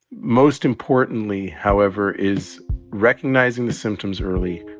most importantly, however, is recognizing the symptoms early,